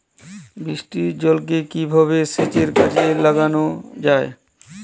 বৃষ্টির জলকে কিভাবে সেচের কাজে লাগানো যায়?